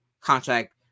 contract